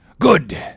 Good